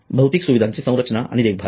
भौतिक सुविधांची संरचना आणि देखभाल